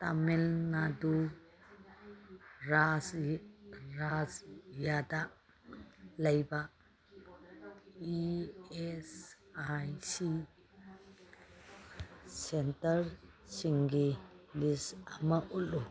ꯇꯥꯃꯤꯜ ꯅꯥꯗꯨ ꯔꯥꯖ ꯔꯥꯖ ꯌꯥꯗ ꯂꯩꯕ ꯏ ꯑꯦꯁ ꯑꯥꯏ ꯁꯤ ꯁꯦꯟꯇꯔꯁꯤꯡꯒꯤ ꯂꯤꯁ ꯑꯃ ꯎꯠꯂꯨ